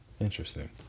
Interesting